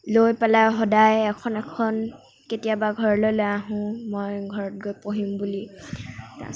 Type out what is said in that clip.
লৈ পেলাই আৰু সদায় এখন এখন কেতিয়াবা ঘৰলৈ লৈ আহো মই ঘৰত গৈ পঢ়িম বুলি